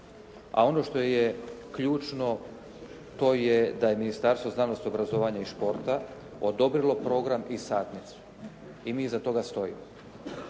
a ono što je ključno da je Ministarstvo znanosti, obrazovanja i športa odobrilo program i satnicu i mi iza toga stojimo.